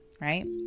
right